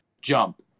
jump